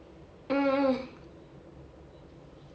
mm mm